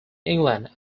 england